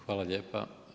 Hvala lijepa.